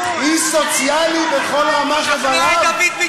אם הסוציאליזם במדינת ישראל,